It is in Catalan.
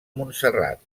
montserrat